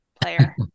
player